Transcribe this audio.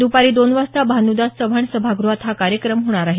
दपारी दोन वाजता भानुदास चव्हाण सभाग़हात हा कार्यक्रम होणार आहे